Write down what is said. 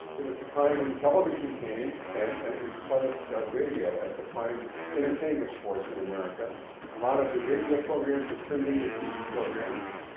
it was a time when television came and and replaced ah radio as the prime entertainment force in america. a lot of the radio programs were turned into tv programs.